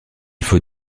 faut